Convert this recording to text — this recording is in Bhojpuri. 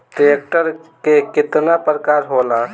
ट्रैक्टर के केतना प्रकार होला?